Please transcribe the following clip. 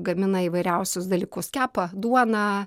gamina įvairiausius dalykus kepa duoną